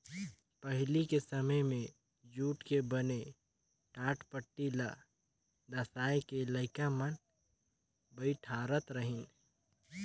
पहिली के समें मे जूट के बने टाटपटटी ल डसाए के लइका मन बइठारत रहिन